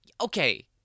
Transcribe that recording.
Okay